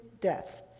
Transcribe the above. death